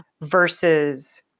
versus